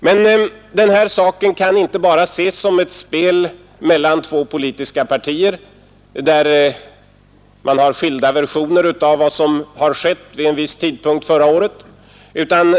Men den här saken kan inte bara ses som ett spel mellan två politiska partier, där man har skilda versioner av vad som skett vid en viss tidpunkt förra året.